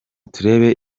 turebe